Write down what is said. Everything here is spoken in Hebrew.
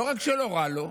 לא רק שלא רע לו,